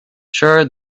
sure